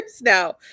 now